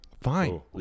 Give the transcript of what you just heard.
fine